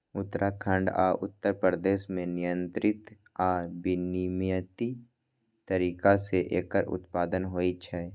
उत्तराखंड आ उत्तर प्रदेश मे नियंत्रित आ विनियमित तरीका सं एकर उत्पादन होइ छै